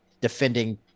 defending